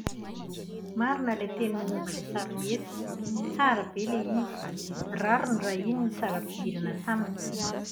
Marina ilay teninao momba ilay sarimihetsika, tsara be ilay izy. Rariny raha iny no saram-pidirana taminy.